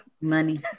Money